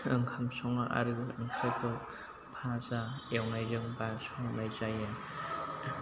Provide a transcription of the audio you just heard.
ओंखाम सङो आरो ओंख्रिखौ फाजा एवनायजों बा संनाय जायो